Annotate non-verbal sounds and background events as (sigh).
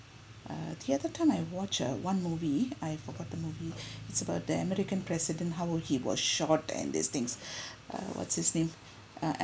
uh the other time I watched uh one movie I forgot the movie (breath) it's about the american president how he was shot and these things (breath) uh what's his name uh